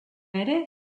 ere